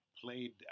played